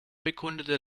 bekundete